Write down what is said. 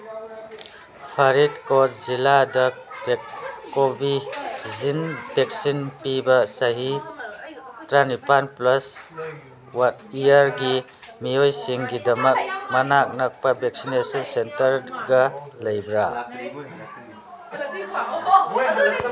ꯐꯔꯤꯠꯀꯣꯠ ꯖꯤꯂꯥꯗ ꯀꯣꯕꯤꯖꯤꯟ ꯚꯦꯛꯁꯤꯟ ꯄꯤꯕ ꯆꯍꯤ ꯇꯔꯥꯅꯤꯄꯥꯟ ꯄ꯭ꯂꯁ ꯏꯌꯔꯒꯤ ꯃꯤꯑꯣꯏꯁꯤꯡꯒꯤꯗꯃꯛ ꯃꯅꯥꯛ ꯅꯛꯄ ꯚꯦꯛꯁꯤꯅꯦꯁꯟ ꯁꯦꯟꯇꯔꯒ ꯂꯩꯕ꯭ꯔꯥ